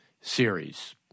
series